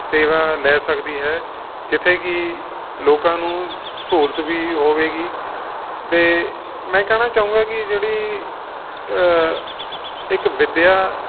ਸੇਵਾ ਲੈ ਸਕਦੀ ਹੈ ਜਿੱਥੇ ਕਿ ਲੋਕਾਂ ਨੂੰ ਸਹੂਲਤ ਵੀ ਹੋਵੇਗੀ ਅਤੇ ਮੈਂ ਕਹਿਣਾ ਚਾਹੂੰਗਾ ਕਿ ਜਿਹੜੀ ਇੱਕ ਵਿੱਦਿਆ